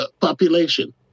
population